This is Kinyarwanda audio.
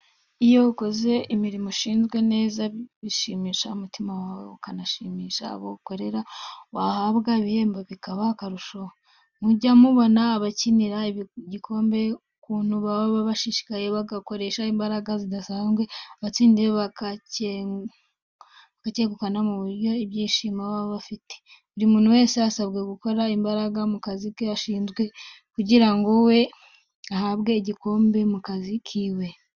Iyo ukoze imirimo ushinzwe neza bishimisha umutima wawe ukanashimisha abo ukorera, wahabwa igihembo bikaba akarusho. Mujya mubona abakinira igikombe ukuntu baba bashishikaye bakoresha imbaraga zidasanzwe, abatsinze bakacyegukana mubona ibyishimo baba bafite, buri muntu wese asabwe gukorana imbaraga mu kazi ashinzwe, kugira ngo na we ahabwe igikombe mu kazi kiwe.